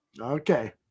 Okay